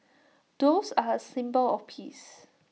doves are A symbol of peace